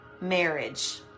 marriage